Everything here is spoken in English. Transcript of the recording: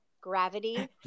Gravity